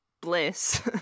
bliss